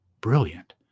Brilliant